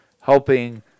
helping